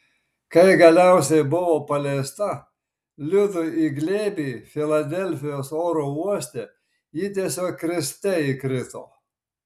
kai galiausiai buvo paleista liudui į glėbį filadelfijos oro uoste ji tiesiog kriste įkrito